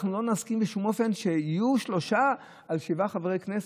אנחנו לא נסכים בשום אופן שיהיו שלושה נורבגים על שבעה חברי כנסת.